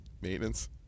Maintenance